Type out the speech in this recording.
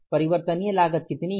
परिवर्तनीय लागत कितनी है